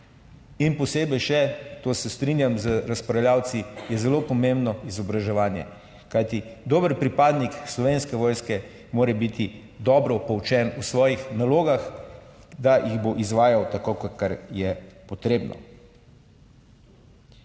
in posebej še, to se strinjam z razpravljavci, je zelo pomembno izobraževanje, kajti dober pripadnik Slovenske vojske mora biti dobro poučen o svojih nalogah, da jih bo izvajal tako kar je potrebno.